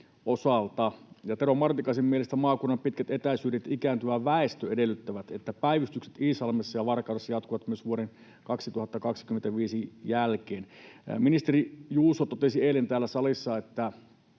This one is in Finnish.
osalta. Tero Martikaisen mielestä maakunnan pitkät etäisyydet ja ikääntyvä väestö edellyttävät, että päivystykset Iisalmessa ja Varkaudessa jatkuvat myös vuoden 2025 jälkeen. Ministeri Juuso totesi eilen täällä salissa, että